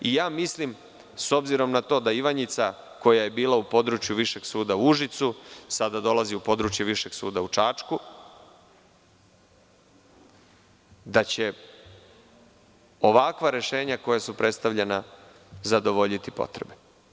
I ja mislim, s obzirom na to da Ivanjica, koja je bila u području Višeg suda u Užicu, sada dolazi u područje Višeg suda u Čačku, da će ovakva rešenja koja su predstavljena zadovoljiti potrebe.